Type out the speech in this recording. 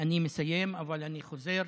כשרב עיר